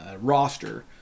roster